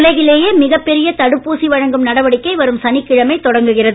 உலகிலேயே மிகப் பெரிய தடுப்பூசி வழங்கும் நடவடிக்கை வரும் சனிக்கிழமை தொடங்குகிறது